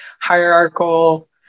hierarchical